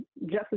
justice